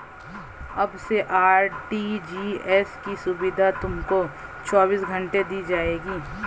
अब से आर.टी.जी.एस की सुविधा तुमको चौबीस घंटे दी जाएगी